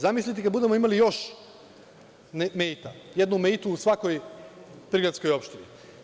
Zamislite kada budemo imali još meita, jednu „Meitu“ u svakoj prigradskoj opštini.